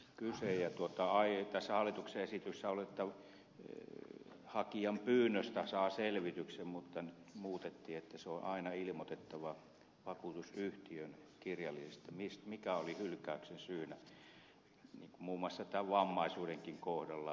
tässä hallituksen esityksessä luki että hakija pyynnöstä saa selvityksen mutta se muutettiin niin että vakuutusyhtiön on aina ilmoitettava kirjallisesti mikä oli hylkäyksen syynä muun muassa tämän vammaisuudenkin kohdalla